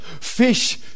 fish